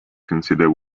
considered